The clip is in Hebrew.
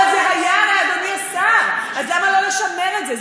אבל זה היה לאדוני השר, אז למה לא לשמר את זה?